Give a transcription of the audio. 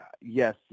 yes